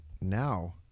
now